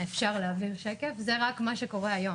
זה רק מה שקורה היום.